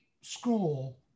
school